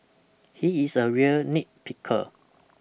he is a real nitpicker